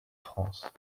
france